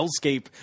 hellscape